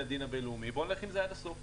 לדין הבין-לאומי בוא נלך עם זה עד הסוף.